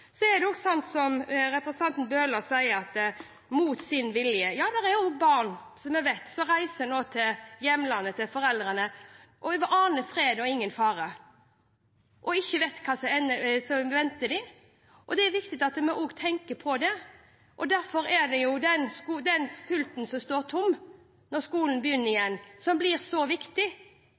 Så er det også sant som representanten Bøhler sier, at det er «mot sin vilje»: Ja, vi vet at det nå er barn som reiser til hjemlandet til foreldrene, aner fred og ingen fare og ikke vet hva som venter dem. Det er viktig at vi også tenker på det. Derfor er det den pulten som står tom når skolen begynner igjen, som det blir så viktig